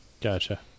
Gotcha